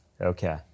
Okay